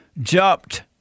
jumped